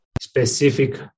specific